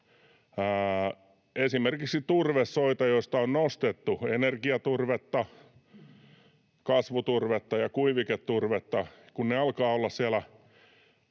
esimerkiksi näitä turvesoita, joista on nostettu energiaturvetta, kasvuturvetta ja kuiviketurvetta, kun ne alkavat olla siellä